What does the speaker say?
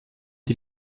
die